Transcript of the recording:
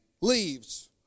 leaves